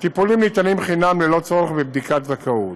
הטיפולים ניתנים חינם וללא צורך בבדיקת זכאות.